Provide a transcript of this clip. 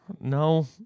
No